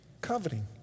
coveting